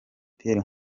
pierre